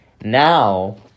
now